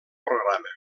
programa